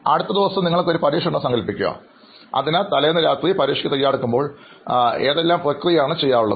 അടുത്തദിവസം നിങ്ങൾക്ക് ഒരു പരീക്ഷ ഉണ്ടെന്ന് സങ്കൽപ്പിക്കുക അതിനാൽ തലേന്ന് രാത്രി പരീക്ഷയ്ക്ക് തയ്യാറെടുക്കുമ്പോൾ എന്തെല്ലാം പ്രക്രിയ ആണ് ചെയ്യാറുള്ളത്